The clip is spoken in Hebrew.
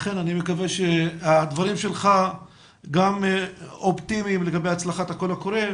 אכן אני מקווה שהדברים שלך גם אופטימיים לגבי הצלחת הקול הקורא,